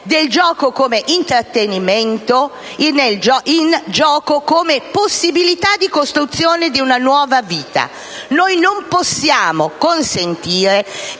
del gioco come intrattenimento nel gioco come possibilità di costruzione di una nuova vita. Noi non possiamo consentire